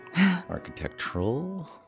architectural